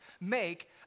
make